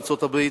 ארצות-הברית,